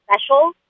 special